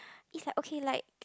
it's like okay like